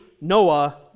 Noah